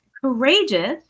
courageous